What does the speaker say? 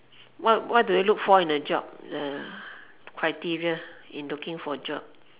what do you look for in the job the criteria for looking for a job